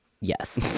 yes